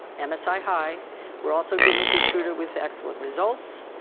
um so msi-high were also given keytruda with excellent results.